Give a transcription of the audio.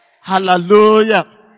Hallelujah